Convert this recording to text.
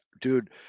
dude